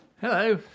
Hello